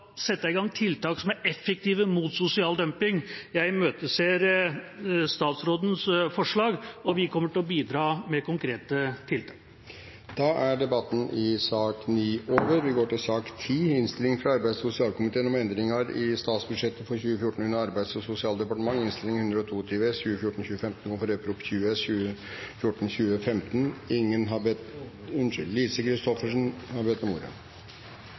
sette i gang tiltak som er effektive mot sosial dumping. Jeg imøteser statsrådens forslag, og vi kommer til å bidra med konkrete tiltak. Flere har ikke bedt om ordet til sak